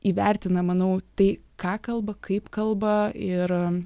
įvertina manau tai ką kalba kaip kalba ir